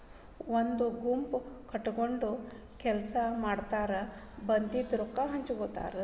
ಒಂದ ಗುಂಪ ಕಟಗೊಂಡ ಕೆಲಸಾ ಮಾಡತಾರ ಬಂದಿದ ರೊಕ್ಕಾ ಹಂಚಗೊತಾರ